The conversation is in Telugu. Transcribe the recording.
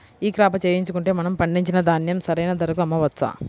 ఈ క్రాప చేయించుకుంటే మనము పండించిన ధాన్యం సరైన ధరకు అమ్మవచ్చా?